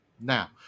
Now